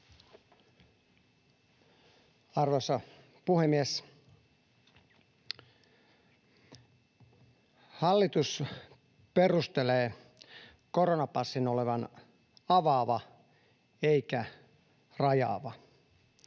Arvoisa puhemies! Hallitus perustelee koronapassin olevan avaava eikä rajaava.